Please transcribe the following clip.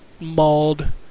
mauled